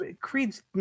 Creed's